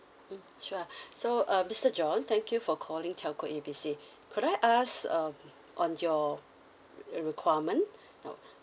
mm sure so uh mister john thank you for calling telco A B C could I ask um on your requirement